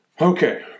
Okay